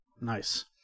Nice